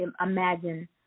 imagine